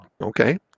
okay